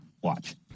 Watch